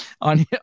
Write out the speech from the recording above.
on